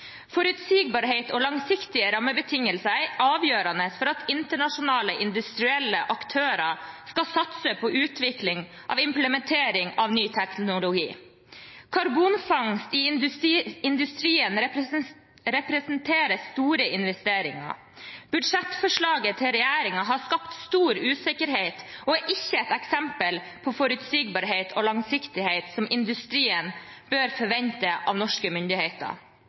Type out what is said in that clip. Forutsigbarhet og langsiktige rammebetingelser er avgjørende for at internasjonale industrielle aktører skal satse på utvikling og implementering av ny teknologi. Karbonfangst i industrien representerer store investeringer. Budsjettforslaget til regjeringen har skapt stor usikkerhet og er ikke et eksempel på den forutsigbarheten og langsiktigheten som industrien bør forvente av norske myndigheter.